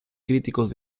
críticos